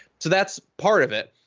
so that's part of it.